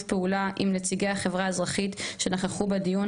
פעולה עם נציגי החברה האזרחית שנכחו בדיון,